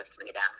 freedom